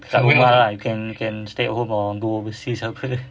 kat rumah lah you can can stay at home or go overseas apa